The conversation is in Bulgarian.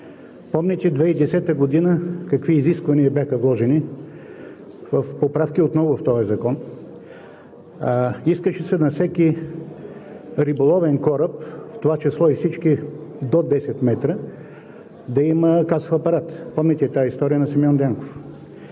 Помните 2010 г. какви изисквания бяха вложени в поправки отново в този закон – искаше се на всеки риболовен кораб, в това число и всички до 10 м, да има касов апарат. Помните тази история на Симеон Дянков.